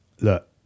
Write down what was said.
look